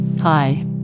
hi